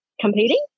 competing